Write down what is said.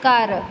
ਘਰ